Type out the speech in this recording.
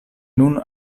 nun